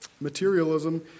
Materialism